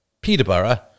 Peterborough